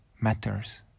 matters